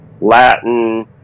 Latin